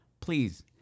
please